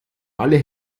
alle